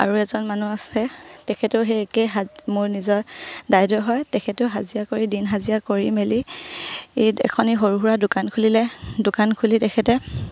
আৰু এজন মানুহ আছে তেখেতেও সেই একেই হাজ মোৰ নিজৰ দায়দ হয় তেখেতো হাজিৰা কৰি দিন হাজিৰা কৰি মেলি এখনি সৰু সুৰা দোকান খুলিলে দোকান খুলি তেখেতে